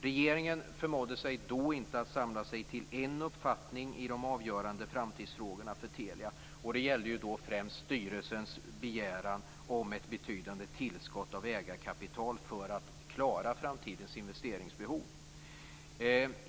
Regeringen förmådde då inte samla sig till en uppfattning i de avgörande framtidsfrågorna för Telia, och det gällde då främst styrelsens begäran om ett betydande tillskott av ägarkapital för att klara framtidens investeringsbehov.